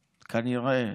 כנראה,